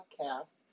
Podcast